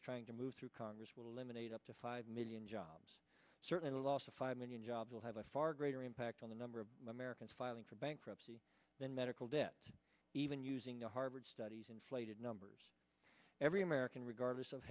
es trying to move through congress will eliminate up to five million jobs certainly lost a five million jobs will have a far greater impact on the number of americans filing for bankruptcy than medical debt even using a harvard studies inflated numbers every american regardless of